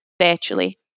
virtually